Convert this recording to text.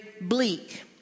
bleak